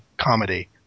comedy